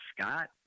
Scott